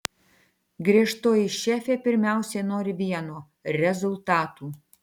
griežtoji šefė pirmiausia nori vieno rezultatų